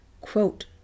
quote